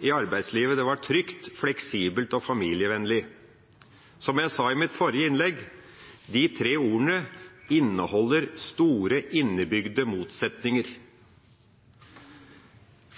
for arbeidslivet: trygt, fleksibelt og familievennlig. Som jeg sa i mitt forrige innlegg: De tre ordene inneholder store innebygde motsetninger.